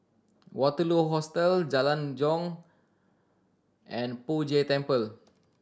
Waterloo Hostel Jalan Jong and Poh Jay Temple